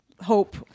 hope